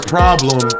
problem